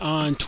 on